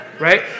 Right